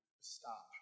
stop